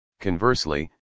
Conversely